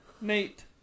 Nate